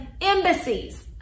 embassies